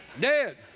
dead